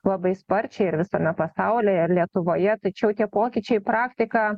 labai sparčiai ir visame pasaulyje ir lietuvoje tačiau tie pokyčiai praktika